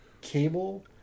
cable